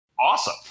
awesome